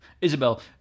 Isabel